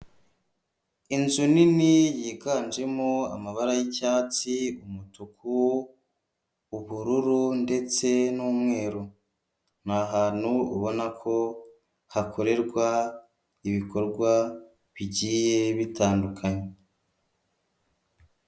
Inzu nini yiganjemo amabara yi'cyatsi, umutuku, ubururu ndetse n'umweru, ni ahantu ubona ko hakorerwa ibikorwa bigiye bitandukanye.